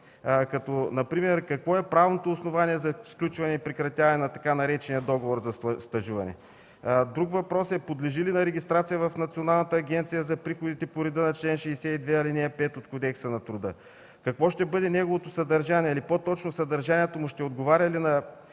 въпроси, например: какво е правното основание за сключване и прекратяване на така наречения „Договор за стажуване“? Друг въпрос: подлежи ли на регистрация в Националната агенция за приходите по реда на чл. 62, ал. 5 от Кодекса на труда, какво ще бъде неговото съдържание? Или по-точно, съдържанието му ще отговаря ли на